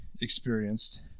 experienced